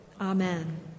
Amen